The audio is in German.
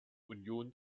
union